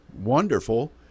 wonderful